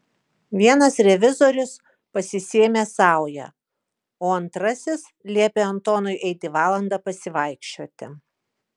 vienas revizorius pasisėmė saują o antrasis liepė antonui eiti valandą pasivaikščioti